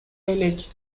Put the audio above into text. элек